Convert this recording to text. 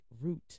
root